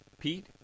Pete